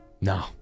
No